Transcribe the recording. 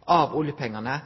av oljepengane,